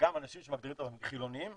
וגם אנשים שמגדירים את עצמם חילוניים